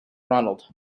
ronald